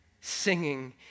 singing